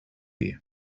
you